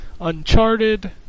Uncharted